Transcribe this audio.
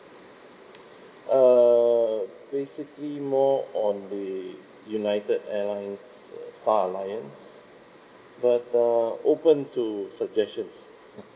uh basically more on the united airlines err star alliance but uh open to suggestion